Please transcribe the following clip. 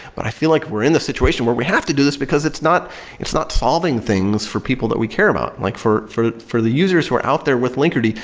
but i feel like we're in the situation where we have to do this because it's not it's not solving things for people that we care about. like for for the users who are out there with linkerd,